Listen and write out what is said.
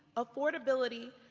affordability,